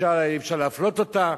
שאשה אי-אפשר להפלות אותה,